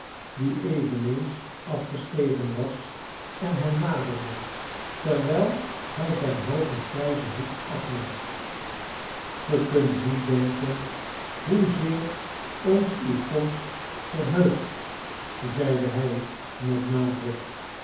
die eveneens afgestegen was en hen naderde terwijl hij zijn hoogen grijzen hoed afnam ge kunt niet denken hoezeer ons uw komst verheugt zeide hij met nadruk